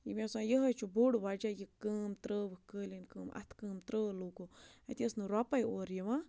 یہِ مےٚ باسان یِہوے چھُ بوٚڈ وَجہ یہِ کٲم ترٛٲوٕکھ قٲلیٖن کٲم اَتھٕ کٲم ترٛٲو لُکو اَتہِ ٲس نہٕ رۄپَے اورٕ یِوان